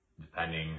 depending